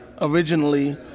originally